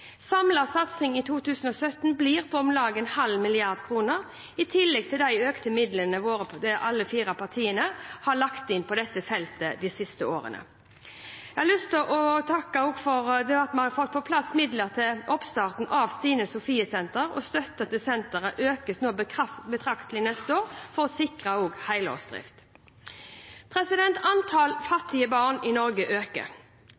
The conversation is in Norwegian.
Samlet satsing i 2017 blir på om lag en halv milliard kroner, i tillegg til de økte midlene alle de fire partiene har lagt inn på dette feltet de siste årene. Jeg har også lyst til å takke for at vi har fått på plass midler til oppstarten av Stine Sofie Senteret, og støtten til senteret økes betraktelig neste år for å sikre helårsdrift. Antall fattige barn i Norge øker, og